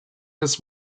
his